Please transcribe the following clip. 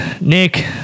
Nick